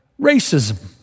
racism